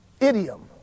idiom